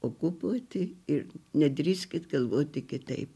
okupuoti ir nedrįskit galvoti kitaip